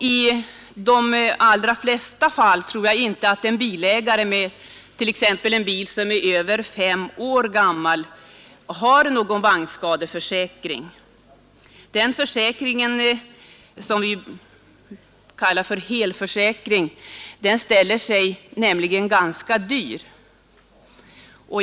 I de allra flesta fall tror jag inte att en bilägare med exempelvis en bil som är mer än fem år gammal har någon vagnskadeförsäkring — den försäkring som vi kallar helförsäkring ställer sig nämligen ganska dyrbar.